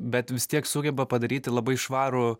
bet vis tiek sugeba padaryti labai švarų